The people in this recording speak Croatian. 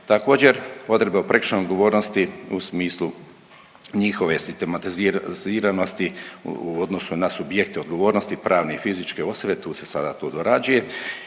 Također, odredbe o prekršajnoj odgovornosti u smislu njihove sistematiziranosti u odnosu na subjekt odgovornosti pravne i fizičke osobe, tu se sada to dorađuje